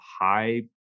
high